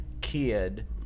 kid